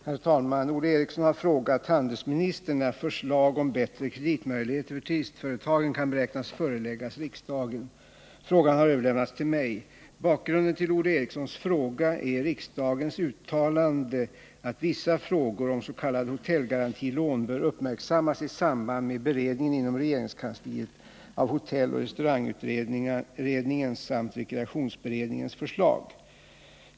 Herr talman! Olle Eriksson har frågat handelsministern när förslag om bättre kreditmöjligheter för turistföretagen kan beräknas föreläggas riksdagen. Frågan har överlämnats till mig. Bakgrunden till Olle Erikssons fråga är riksdagens uttalande att vissa frågor om s.k. hotellgarantilån bör uppmärksammas i samband med beredningen inom regeringskansliet av hotelloch restaurangutredningens samt rekreationsberedningens förslag.